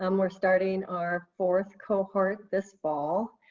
um we're starting our fourth cohort this fall.